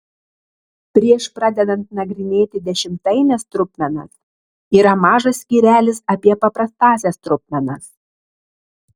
prieš pradedant nagrinėti dešimtaines trupmenas yra mažas skyrelis apie paprastąsias trupmenas